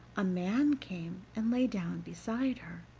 a man came and lay down beside her,